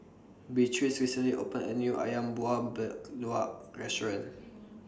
Beatrice recently opened A New Ayam Buah Keluak Restaurant